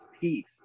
peace